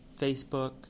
Facebook